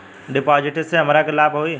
डिपाजिटसे हमरा के का लाभ होई?